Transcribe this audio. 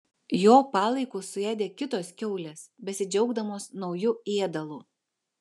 jo palaikus suėdė kitos kiaulės besidžiaugdamos nauju ėdalu